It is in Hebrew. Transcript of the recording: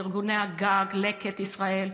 לארגוני הגג לקט ישראל,